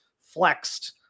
flexed